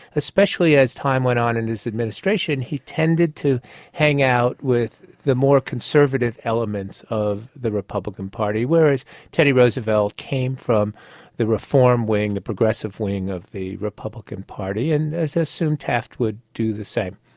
especially as time went on in his administration, he tended to hang out with the more conservative elements of the republican party, whereas teddy roosevelt came from the reform wing, the progressive wing, of the republican party and assumed taft would do the same.